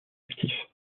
actif